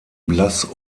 blass